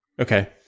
Okay